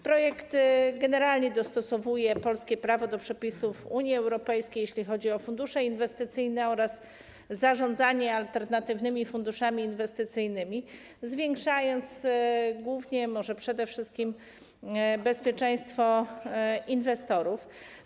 Projekt generalnie dostosowuje polskie prawo do przepisów Unii Europejskiej, jeśli chodzi o fundusze inwestycyjne oraz zarządzanie alternatywnymi funduszami inwestycyjnymi, zwiększając głównie, może przede wszystkim, bezpieczeństwo inwestorów.